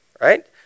Right